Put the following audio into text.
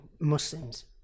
Muslims